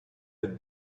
had